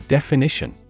Definition